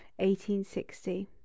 1860